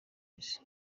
isi